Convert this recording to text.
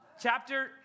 chapter